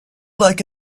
like